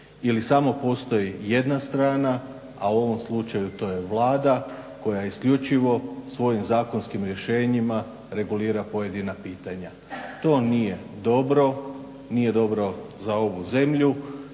Ili samo postoji jedna strana a u ovom slučaju to je Vlada koja je isključivo svojim zakonskim rješenjima regulira pojedina pitanja. To nije dobro, nije dobro za ovu zemlju